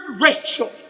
Rachel